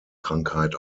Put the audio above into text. krankheit